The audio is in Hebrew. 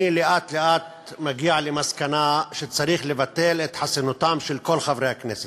אני לאט-לאט מגיע למסקנה שצריך לבטל את חסינותם של כל חברי הכנסת.